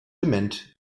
dement